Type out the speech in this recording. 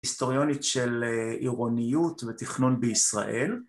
היסטוריונית של עירוניות ותכנון בישראל